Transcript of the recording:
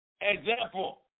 example